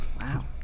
wow